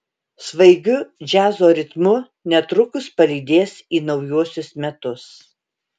svaigiu džiazo ritmu netrukus palydės į naujuosius metus